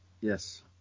yes